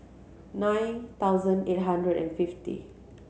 nine thousand eight hundred and fifty